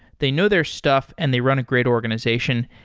they know their stuff and they run a great organization.